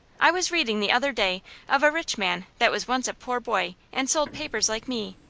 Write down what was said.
i was readin' the other day of a rich man that was once a poor boy, and sold papers like me.